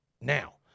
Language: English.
now